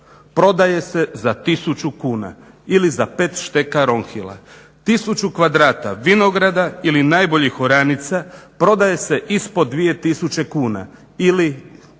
prodaje se za 1000 kuna ili za 5 šteka Ronhila. 1000 kvadrata vinograda ili najboljih oranica prodaje se ispod 2000 kuna ili